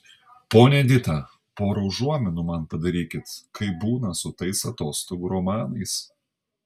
ponia edita pora užuominų man padarykit kaip būna su tais atostogų romanais